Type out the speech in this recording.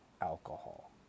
alcohol